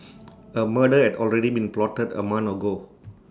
A murder had already been plotted A month ago